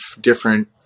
different